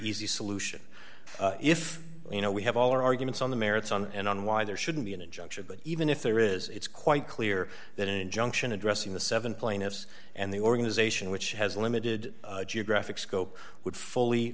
easy solution if you know we have all our arguments on the merits on and on why there shouldn't be an injunction but even if there is it's quite clear that injunction addressing the seven plaintiffs and the organization which has limited geographic scope would fully